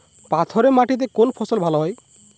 পাথরে মাটিতে কোন ফসল ভালো হয়?